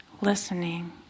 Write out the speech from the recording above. listening